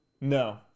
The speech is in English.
No